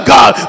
God